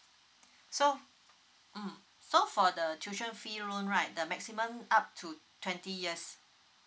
so mm so for the tuition fee loan right the maximum up to twenty years